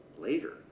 later